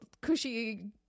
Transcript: cushy